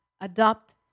adopt